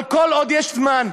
אבל כל עוד יש זמן,